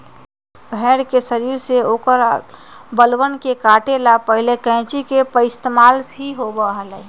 भेड़ के शरीर से औकर बलवन के काटे ला पहले कैंची के पइस्तेमाल ही होबा हलय